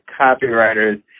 copywriters